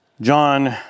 John